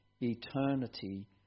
eternity